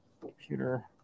computer